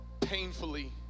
painfully